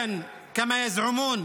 תודה רבה, אדוני.